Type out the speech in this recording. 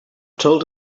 told